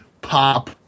pop